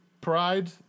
pride